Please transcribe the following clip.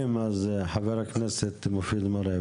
לכן חבר הכנסת מופיד מרעי,